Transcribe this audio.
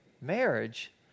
marriage